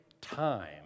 time